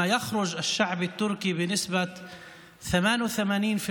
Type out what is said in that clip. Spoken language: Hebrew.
העם הטורקי יצא להצביע בשיעור של 88%,